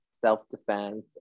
self-defense